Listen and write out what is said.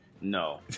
No